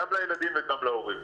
גם לילדים וגם להורים.